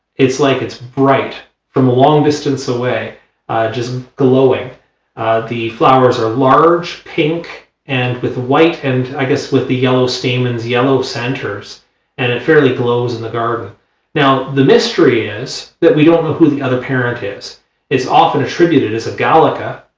it's like it's bright from a long distance away just glowing the flowers are large pink and with white and i guess with the yellow stamens yellow centers and it fairly close in the garden now the mystery is that we don't know who the other parent is it's often attributed as a gallica,